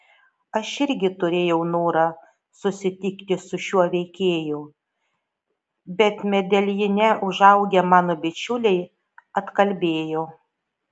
aš irgi turėjau norą susitikti su šiuo veikėju bet medeljine užaugę mano bičiuliai atkalbėjo